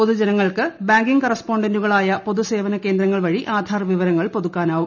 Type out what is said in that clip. പൊതുജനങ്ങൾക്ക് ബാങ്കിങ്ങ് കറസ്പോണ്ടന്റുകളായ പൊതുസേവന കേന്ദ്രങ്ങൾ വഴി ആധാർ വിവരങ്ങൾ പുതുക്കാനാവും